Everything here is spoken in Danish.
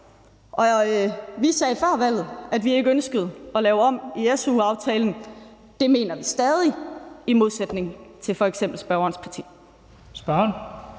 Og vi sagde før valget, at vi ikke ønskede at lave om i su-aftalen. Det mener vi stadig i modsætning til f.eks. spørgerens parti.